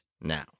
now